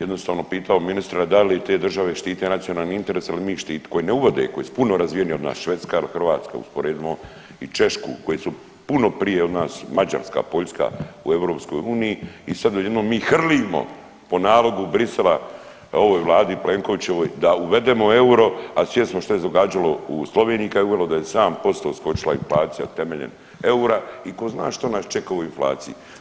jednostavno pitao ministra da li te države štite nacionalni interes ili … koje ne uvode, koje su puno razvijenije od nas Švedska il Hrvatska, usporedimo i Češku koje su puno prije od nas Mađarska, Poljska u EU i sad odjednom mi hrlimo po nalogu Bruxellesa ovoj vladi Plenkovićevoj da uvedemo euro, a svjesni smo što je se događalo u Sloveniji kad je uvelo, da je 7% skočila inflacija temeljem eura i tko zna što nas čeka u inflaciji.